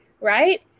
right